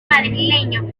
madrileño